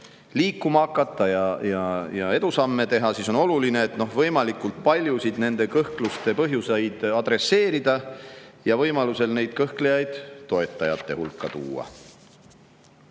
liikuma hakata ja edusamme teha, siis on oluline võimalikult paljusid nende kõhkluste põhjuseid adresseerida ja võimalusel kõhklejaid toetajate hulka tuua.